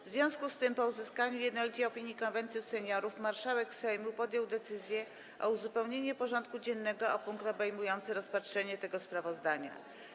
W związku z tym, po uzyskaniu jednolitej opinii Konwentu Seniorów, marszałek Sejmu podjął decyzję o uzupełnieniu porządku dziennego o punkt obejmujący rozpatrzenie tego sprawozdania.